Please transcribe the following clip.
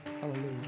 Hallelujah